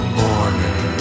morning